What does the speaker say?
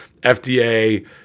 FDA